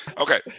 Okay